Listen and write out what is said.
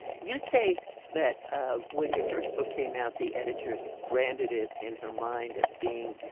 you say that when your first book came out, the editor branded it in her mind as being,